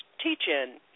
teach-in